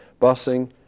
busing